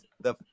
the-